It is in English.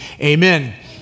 Amen